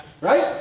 Right